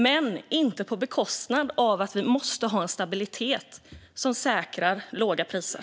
Men det ska inte vara på bekostnad av stabilitet som säkrar låga priser.